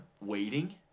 waiting